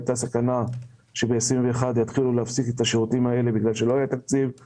הייתה סכנה שב-2021 יפסיקו את השירותים האלה כי לא היה תקציב אבל